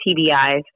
TBIs